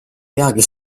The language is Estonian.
peagi